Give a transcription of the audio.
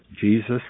Jesus